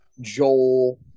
Joel